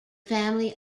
family